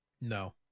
No